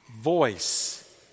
voice